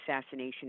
assassination